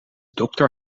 dokter